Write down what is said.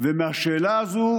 ומהשאלה הזו,